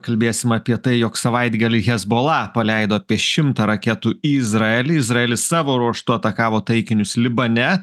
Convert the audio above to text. kalbėsim apie tai jog savaitgalį hezbola paleido apie šimtą raketų į izraelį izraelis savo ruožtu atakavo taikinius libane